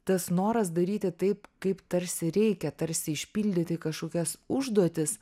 tas noras daryti taip kaip tarsi reikia tarsi išpildyti kažkokias užduotis